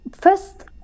first